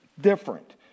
different